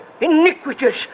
iniquitous